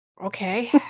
Okay